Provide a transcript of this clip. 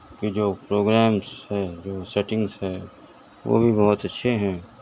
کے جو پروگرامس ہے جو سیٹنگس ہے وہ بھی بہت اچھے ہیں